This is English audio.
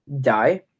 die